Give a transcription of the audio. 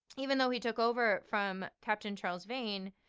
even though he took over from captain charles vane,